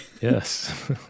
Yes